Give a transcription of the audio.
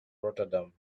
rotterdam